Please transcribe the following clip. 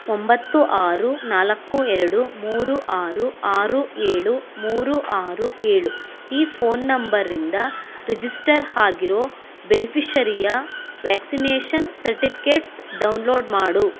ಒಂಬತ್ತು ಆರು ನಾಲ್ಕು ಎರಡು ಮೂರು ಆರು ಆರು ಏಳು ಮೂರು ಆರು ಏಳು ಈ ಫೋನ್ ನಂಬರಿಂದ ರಿಜಿಸ್ಟರ್ ಆಗಿರೊ ಬೆನಿಫಿಷರಿಯ ವ್ಯಾಕ್ಸಿನೇಷನ್ ಸರ್ಟಿಫಿಕೇಟ್ಸ್ ಡೌನ್ಲೋಡ್ ಮಾಡು